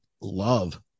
love